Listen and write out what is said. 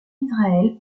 israël